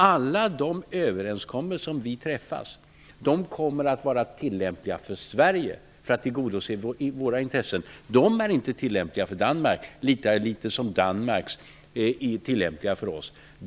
Alla överenskommelser som vi träffar kommer att vara tillämpliga för Sverige för att tillgodose våra intressen. De är alltså inte tillämpliga för Danmark -- lika litet som Danmarks är tillämpliga för oss.